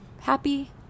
happy